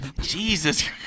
Jesus